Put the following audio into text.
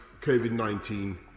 COVID-19